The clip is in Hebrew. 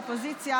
אופוזיציה,